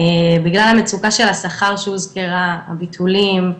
בגלל המצוקה של השכר שהוזכרה, הביטולים,